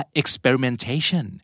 experimentation